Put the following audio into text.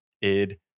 id